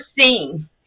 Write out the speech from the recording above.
seen